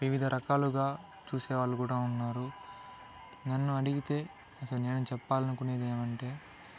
వివిధ రకాలుగా చూసేవాళ్ళు కూడా ఉన్నారు నన్ను అడిగితే అసలు నేను చెప్పాలనుకునేది ఏమంటే